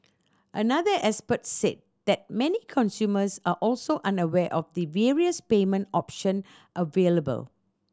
another expert said that many consumers are also unaware of the various payment option available